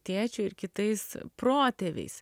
tėčiu ir kitais protėviais